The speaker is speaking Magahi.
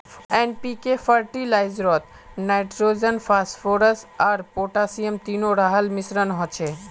एन.पी.के फ़र्टिलाइज़रोत नाइट्रोजन, फस्फोरुस आर पोटासियम तीनो रहार मिश्रण होचे